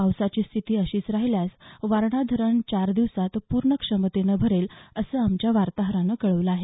पावसाची स्थिती अशीच राहिल्यास वारणा धरण चार दिवसात पूर्ण क्षमतेने भरेल असं आमच्या वार्ताहरानं कळवलं आहे